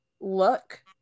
look